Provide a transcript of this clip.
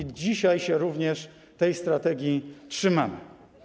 I dzisiaj się również tej strategii trzymamy.